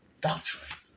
doctrine